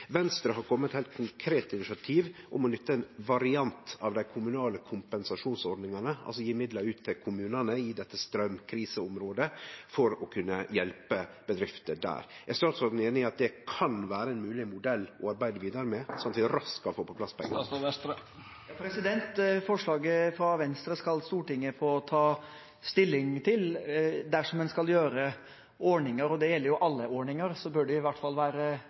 Venstre har kome med eit heilt konkret initiativ om å nytte ein variant av dei kommunale kompensasjonsordningane, altså gje midlar ut til kommunane i dette straumkriseområdet for å kunne hjelpe bedrifter der. Er statsråden einig i at det kan vere ein mogeleg modell å arbeide vidare med, slik at vi raskt kan få på plass støtte? Forslaget fra Venstre skal Stortinget få ta stilling til. Dersom en skal lage ordninger, og det gjelder alle ordninger, bør de i hvert fall